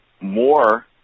more